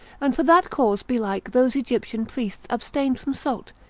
and for that cause belike those egyptian priests abstained from salt,